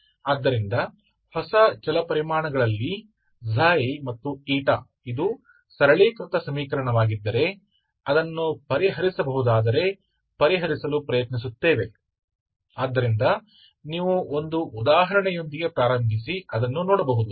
ಆದ್ದರಿಂದ ಹೊಸ ಚಲಪರಿಮಾಣಗಳಲ್ಲಿ ξ ಮತ್ತು η ಇದು ಸರಳೀಕೃತ ಸಮೀಕರಣವಾಗಿದ್ದರೆ ಅದನ್ನು ಪರಿಹರಿಸಬಹುದಾದರೆ ಪರಿಹರಿಸಲು ಪ್ರಯತ್ನಿಸುತ್ತೇವೆ ಆದ್ದರಿಂದ ನೀವು ಒಂದು ಉದಾಹರಣೆಯೊಂದಿಗೆ ಪ್ರಾರಂಭಿಸಿ ಅದನ್ನು ನೋಡಬಹುದು